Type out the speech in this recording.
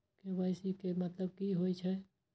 KYC के मतलब कि होई छै?